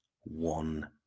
one